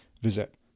visit